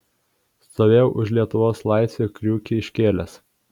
stovėjau už lietuvos laisvę kriukį iškėlęs